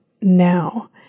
now